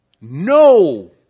No